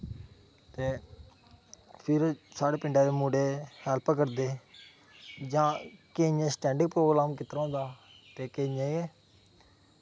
ते फिर साढ़े पिंडा दे मुढे हैल्प करदे जां केइयैं स्टैंडिंग प्रोग्राम कीता दा होंदा ते केइयें गै